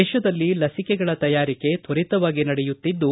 ದೇಶದಲ್ಲಿ ಲಸಿಕೆಗಳ ತಯಾರಿಕೆ ತ್ವರಿತವಾಗಿ ನಡೆಯುತ್ತಿದ್ದು